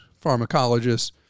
pharmacologists